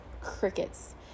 crickets